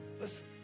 listen